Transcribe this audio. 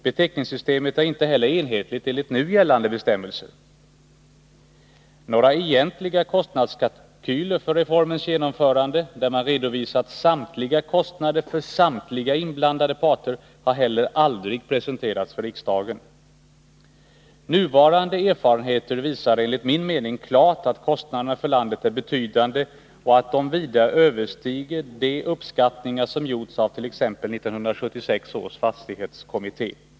Beteckningssystemet är inte heller enhetligt enligt nu gällande bestämmelser. Några egentliga kostnadskalkyler för reformens genomförande, där man redovisar samtliga kostnader för samtliga inblandade parter, har heller aldrig resulterats för riksdagen. Nuvarande erfarenheter visar enligt min mening klart att kostnaderna för landet är betydande och att de vida överstiger de uppskattningar som gjordes av t.ex. 1976 års fastighetskommitté.